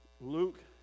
Luke